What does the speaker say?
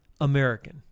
American